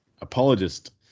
apologist